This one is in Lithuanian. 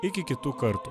iki kitų kartų